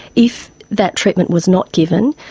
if that treatment was not given,